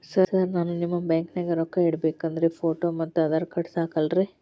Sir ನಾನು ನಿಮ್ಮ ಬ್ಯಾಂಕನಾಗ ರೊಕ್ಕ ಇಡಬೇಕು ಅಂದ್ರೇ ಫೋಟೋ ಮತ್ತು ಆಧಾರ್ ಕಾರ್ಡ್ ಸಾಕ ಅಲ್ಲರೇ?